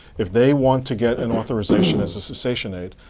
if they want to get an authorization as a cessation aid,